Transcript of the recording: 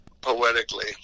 poetically